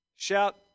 Shout